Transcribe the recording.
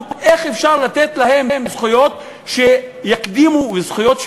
איך אפשר לתת להם זכויות שיקדמו לזכויות,